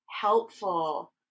helpful